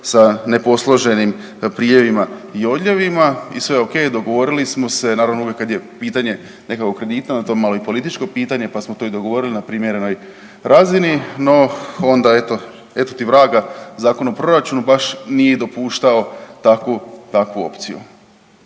sa ne posloženim priljevima i odljevima i sve okej dogovorili smo se, naravno uvijek kad je pitanje nekakvog kredita onda je to malo i političko pitanje, pa smo to i dogovorili na primjerenoj razini. No onda eto, eto ti vraga Zakon o proračunu baš nije dopuštao takvu, takvu